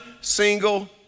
single